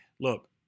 Look